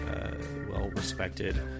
well-respected